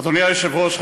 אדוני היושב-ראש,